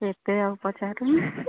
କେତେ ଆଉ